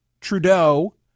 Trudeau